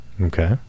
Okay